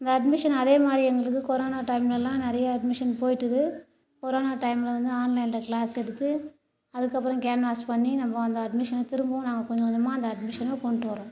இந்த அட்மிஷன் அதே மாதிரி எங்களுக்கு கொரோனா டைம்லல்லாம் நிறைய அட்மிஷன் போயிடுது கொரோனா டைம்ல வந்து ஆன்லைனில் கிளாஸ் எடுத்து அதற்கப்பறம் கேன்வாஷ் பண்ணி நம்ப அந்த அட்மிஷன் திரும்பவும் நாங்கள் கொஞ்ச கொஞ்சமாக அந்த அட்மிஷன் கொண்டுட்டு வரோம்